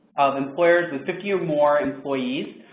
of employers and fifty or more employees.